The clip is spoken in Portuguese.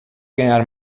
ganhar